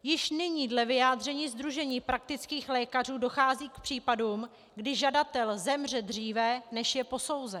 Již nyní dle vyjádření sdružení praktických lékařů dochází k případům, kdy žadatel zemře dříve, než je posouzen.